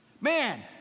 Man